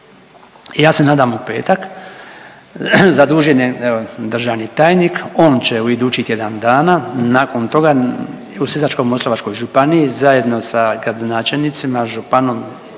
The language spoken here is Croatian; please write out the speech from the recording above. ja se nadam u petak zadužen je državni tajnik on će u idućih tjedan dana nakon toga u Sisačko-moslavačkoj županiji zajedno sa gradonačelnicima, županom